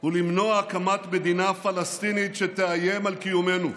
הוא למנוע הקמת מדינה פלסטינית שתאיים על קיומנו.